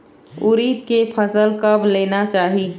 उरीद के फसल कब लेना चाही?